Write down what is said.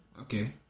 Okay